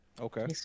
Okay